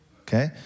Okay